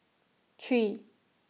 three